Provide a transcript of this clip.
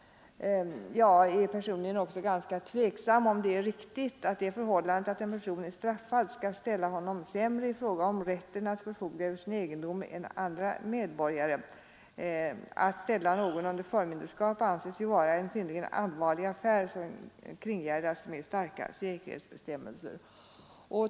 Jag är personligen också ganska tveksam om det är riktigt att det förhållandet att en person är straffad skall ställa honom sämre i fråga om rätten att förfoga över sin egendom än andra medborgare. Att ställa någon under förmynderskap anses ju vara en synnerligen allvarlig affär, som kringgärdas med starka säkerhetsbestämmelser.